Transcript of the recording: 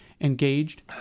engaged